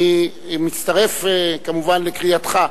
אני מצטרף, כמובן, לקריאתך.